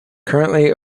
currently